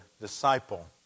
Disciple